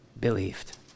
believed